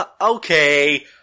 Okay